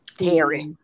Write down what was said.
Terry